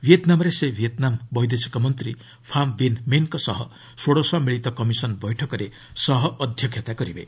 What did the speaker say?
ଭିଏତ୍ନାମ୍ରେ ସେ ଭିଏତ୍ନାମ ବୈଦେଶିକ ମନ୍ତ୍ରୀ ଫାମ୍ ବିନ୍ ମିନ୍ଙ୍କ ସହ ଷୋଡ଼ଶ ମିଳିତ କମିଶନ ବୈଠକରେ ସହଅଧ୍ୟକ୍ଷତା କରିବେ